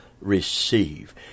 receive